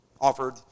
Offered